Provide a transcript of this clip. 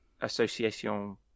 association